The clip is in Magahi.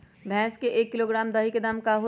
भैस के एक किलोग्राम दही के दाम का होई?